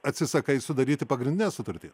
atsisakai sudaryti pagrindinę sutartį